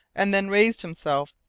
and then raised himself,